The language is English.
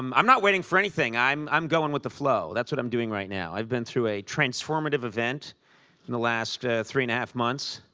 um i'm not waiting for anything. i'm i'm going with the flow. that's what i'm doing right now. i've been through a transformative event in the last three and a half months,